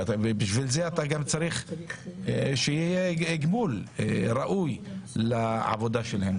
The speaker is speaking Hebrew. ובשביל זה צריך שיהיה גמול ראוי לעבודה שלהם.